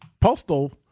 postal